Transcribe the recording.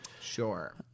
Sure